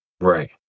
Right